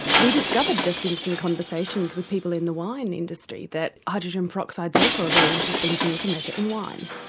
we discovered just in some conversations with people in the wine industry that hydrogen peroxide is also a very interesting thing to measure in wine.